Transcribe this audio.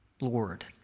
Lord